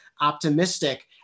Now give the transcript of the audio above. optimistic